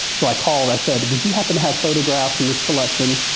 so i called. i said, would you happen to have photographs in this collection?